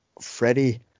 Freddie